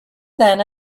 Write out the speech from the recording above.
then